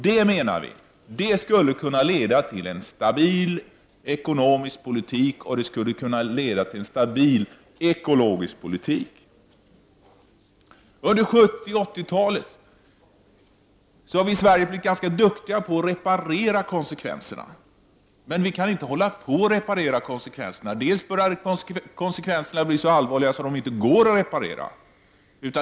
Det skulle kunna leda till en stabil ekonomisk och en stabil ekologisk politik. Under 70 och 80-talen har vi i Sverige blivit ganska duktiga på att reparera konsekvenserna. Men vi kan inte hålla på att göra det. Konsekvenserna börjar bli så allvarliga att de inte går att reparera.